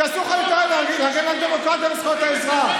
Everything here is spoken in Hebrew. כי אסור לך להגן על הדמוקרטיה ועל זכויות האזרח.